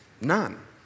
None